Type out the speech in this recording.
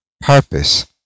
purpose